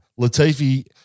Latifi